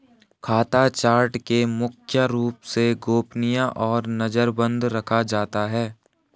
खाता चार्ट को मुख्य रूप से गोपनीय और नजरबन्द रखा जाता है